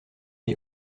des